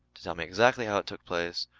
to tell me exactly how it took place,